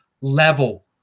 level